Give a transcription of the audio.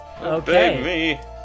Okay